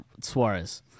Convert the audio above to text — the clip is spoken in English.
Suarez